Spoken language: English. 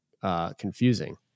confusing